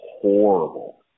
horrible